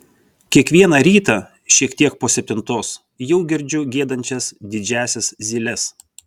kiekvieną ryta šiek tiek po septintos jau girdžiu giedančias didžiąsias zyles